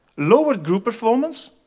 lowered group performance,